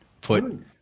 Put